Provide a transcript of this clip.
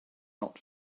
not